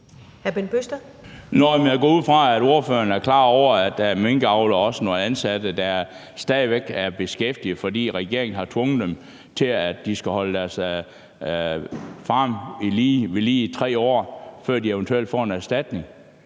Jeg går ud fra, at ordføreren er klar over, at der er minkavlere og også nogle ansatte, der stadig væk er beskæftiget, fordi regeringen har tvunget dem til, at de skal holde deres farme vedlige i 3 år, før de eventuelt får en erstatning.